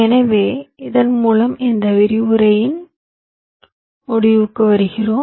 எனவே இதன் மூலம் இந்த விரிவுரையின் முடிவுக்கு வருகிறோம்